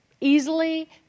easily